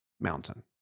mountain